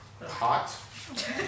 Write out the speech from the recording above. Hot